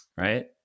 Right